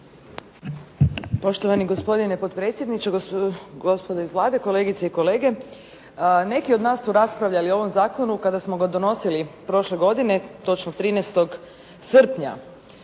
Poštovani gospodine potpredsjedniče, gospodo iz Vlade, kolegice i kolege. Neki od nas su raspravljali o ovome zakonu kada smo ga donosili prošle godine, točno 13. srpnja.